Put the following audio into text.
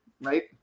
Right